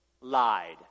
lied